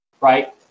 right